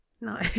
No